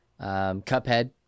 Cuphead